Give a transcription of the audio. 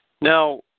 Now